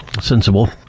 Sensible